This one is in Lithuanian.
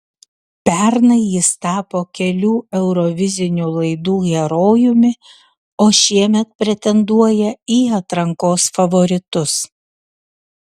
pernai jis tapo kelių eurovizinių laidų herojumi o šiemet pretenduoja į atrankos favoritus